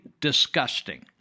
disgusting